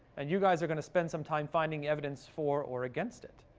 and you guys are going to spend some time finding evidence for or against it.